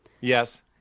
Yes